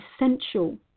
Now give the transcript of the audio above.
essential